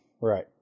right